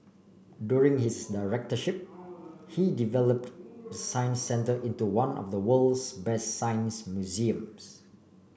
during his directorship he develop the Science Centre into one of the world's best science museums